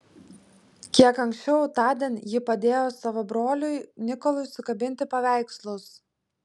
kiek anksčiau tądien ji padėjo savo broliui nikolui sukabinti paveikslus